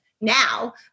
now